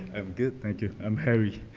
i'm good, thank you, i'm harry.